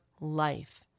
life